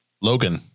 Logan